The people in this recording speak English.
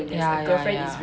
ya ya ya